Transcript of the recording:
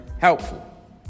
helpful